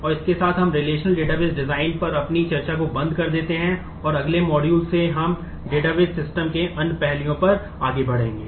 और इसके साथ हम रिलेशनल के अन्य पहलुओं पर आगे बढ़ेंगे